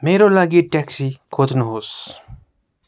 मेरो लागि ट्याक्सी खोज्नुहोस्